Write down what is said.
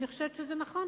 אני חושבת שזה נכון,